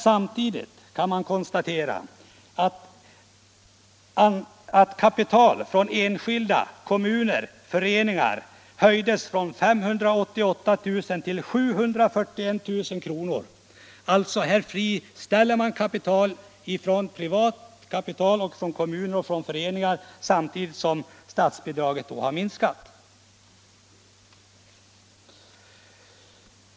Samtidigt steg bidraget från kommun, föreningar och enskilda från 588 000 kr. till 741 000 kr. Här friställs alltså kapital från kommun, föreningar och enskilda på betydligt ökade belopp, samtidigt som statsbidraget minskade.